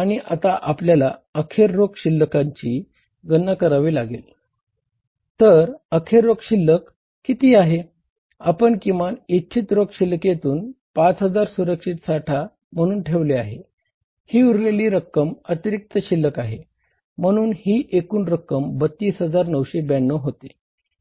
आणि आता आपल्याला अखेर रोख शिल्लकाची होते